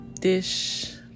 dish